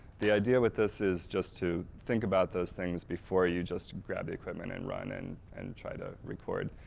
the idea with this is just to think about those things before you just grab the equipment and run and and try to record.